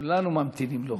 כולנו ממתינים לו.